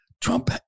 Trump